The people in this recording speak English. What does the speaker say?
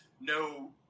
no